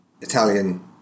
Italian